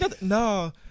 No